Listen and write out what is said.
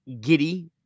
giddy